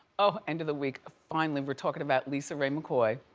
oh, end of the week. finally, we're talking about lisaraye mccoy